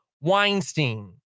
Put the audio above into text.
Weinstein